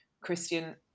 christian